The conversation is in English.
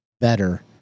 better